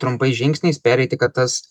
trumpais žingsniais pereiti kad tas